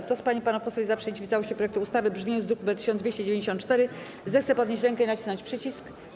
Kto z pań i panów posłów jest za przyjęciem w całości projektu ustawy w brzmieniu z druku nr 1294, zechce podnieść rękę i nacisnąć przycisk.